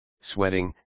sweating